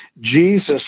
Jesus